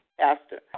Pastor